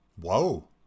Whoa